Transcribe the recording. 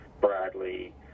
Bradley